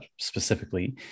specifically